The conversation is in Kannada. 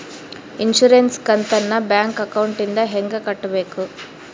ಇನ್ಸುರೆನ್ಸ್ ಕಂತನ್ನ ಬ್ಯಾಂಕ್ ಅಕೌಂಟಿಂದ ಹೆಂಗ ಕಟ್ಟಬೇಕು?